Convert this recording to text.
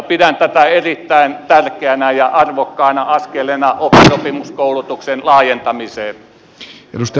pidän tätä erittäin tärkeänä ja arvokkaana askeleena oppisopimuskoulutuksen laajentamiseen